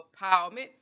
empowerment